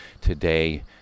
today